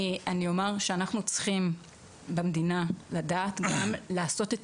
אני אומר שאנחנו צריכים במדינה לדעת גם לעשות את